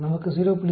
நமக்கு 0